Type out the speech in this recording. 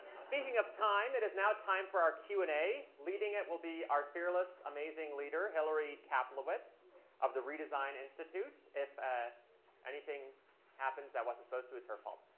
speaking of time, it is now time for our q and a. leading it will be our fearless, amazing leader, hillary kaplowitz of the redesign institute. if anything happens that wasn't supposed to, it's her fault.